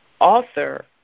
author